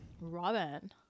Robin